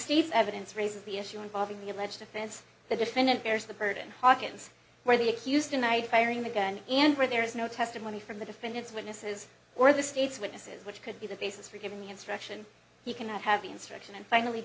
steves evidence raises the issue involving the alleged offense the defendant bears the burden hawkins where the accused tonight firing the gun and where there is no testimony from the defendant's witnesses or the state's witnesses which could be the basis for giving instruction he cannot have the instruction and finally